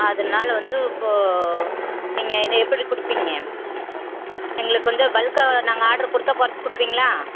அதனால வந்து இப்போது நீங்கள் எப்படி கொடுப்பீங்க எங்களுக்கு வந்து பல்க்காக நாங்கள் ஆட்ரு கொடுத்தா குறைச்சி கொடுப்பீங்களா